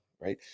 right